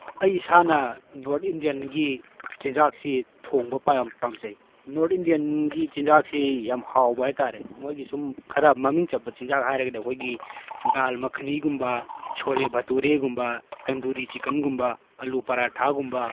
ꯑꯩ ꯏꯁꯥꯅ ꯅ꯭ꯣꯔꯠ ꯏꯟꯗꯤꯌꯟꯒꯤ ꯆꯤꯟꯖꯥꯛꯁꯤ ꯊꯣꯡꯕ ꯄꯥꯝꯖꯩ ꯅ꯭ꯣꯔꯠ ꯏꯟꯗꯤꯌꯟꯒꯤ ꯆꯤꯟꯖꯥꯛꯁꯤ ꯌꯥꯝ ꯍꯥꯎꯕ ꯍꯥꯏꯇꯥꯔꯦ ꯃꯣꯏꯒꯤ ꯁꯨꯝ ꯈꯔ ꯃꯃꯤꯡ ꯆꯠꯄ ꯆꯤꯟꯖꯥꯛ ꯍꯥꯏꯔꯒꯗꯤ ꯑꯩꯈꯣꯏꯒꯤ ꯗꯥꯜꯃꯈꯅꯤꯒꯨꯝꯕ ꯁꯣꯂꯦ ꯕꯇꯨꯔꯦꯒꯨꯝꯕ ꯇꯟꯗꯨꯔꯤ ꯆꯤꯛꯀꯟꯒꯨꯝꯕ ꯑꯂꯨ ꯄꯔꯥꯊꯥꯒꯨꯝꯕ